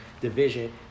division